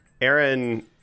Aaron